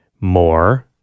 More